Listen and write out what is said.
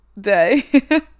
day